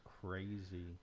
crazy